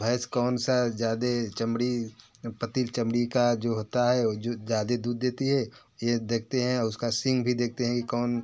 तो भैंस कौन सा ज़्यादा चमड़ी पतली चमड़ी का जो होता है वह जो ज़्यादा दूध देती है यह देखते हैं उसका सींग भी देखते हैं कि कौन